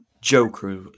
Joker